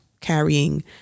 carrying